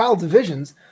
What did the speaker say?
divisions